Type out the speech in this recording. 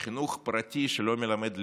לחינוך פרטי שלא מלמד ליבה,